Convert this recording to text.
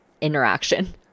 interaction